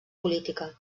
política